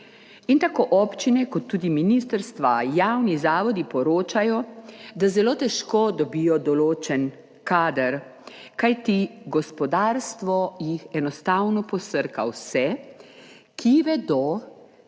Tako občine kot tudi ministrstva, javni zavodi poročajo, da zelo težko dobijo določen kader, kajti gospodarstvo enostavno posrka vse, ki vedo,